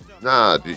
Nah